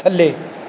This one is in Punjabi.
ਥੱਲੇ